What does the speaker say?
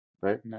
right